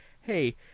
hey